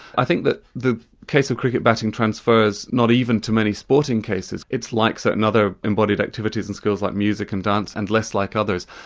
i think that the case of cricket batting transfers not even to many sporting cases it's like certain other embodied activities in schools, like music and dance, and less like others.